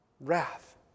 wrath